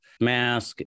mask